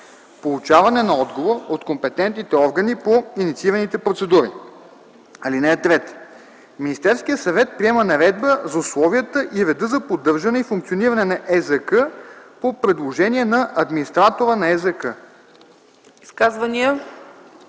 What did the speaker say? получаване на отговор от компетентните органи по инициирани процедури. (3) Министерският съвет приема Наредба за условията и реда за поддържане и функциониране на ЕЗК по предложение на администратора на ЕЗК.”